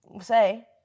say